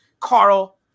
carl